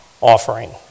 offering